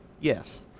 yes